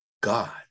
God